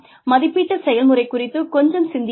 மதிப்பீட்டு செயல்முறை குறித்து கொஞ்சம் சிந்தியுங்கள்